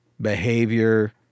behavior